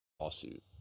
lawsuit